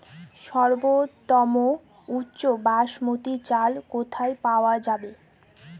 সর্বোওম উচ্চ বাসমতী চাল কোথায় পওয়া যাবে?